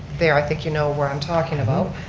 there, i think you know where i'm talking about.